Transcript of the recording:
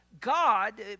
God